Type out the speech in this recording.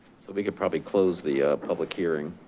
so we could probably close the public hearing.